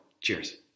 Cheers